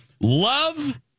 Love